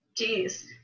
Jeez